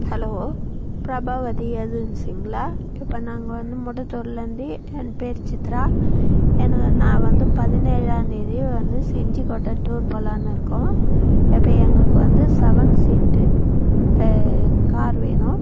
hello Prabhavathi ஏஜென்ஸிங்களா இப்போ நாங்கள் வந்து முட்டத்தூர்லேருந்தி என் பெயரு சித்ரா என்ன நான் வந்து பதினேழாம் தேதி வந்து செஞ்சிகோட்டை டூர் போகலான்னு இருக்கோம் இப்போ எங்களுக்கு வந்து செவன் சீட்டு கார் வேணும்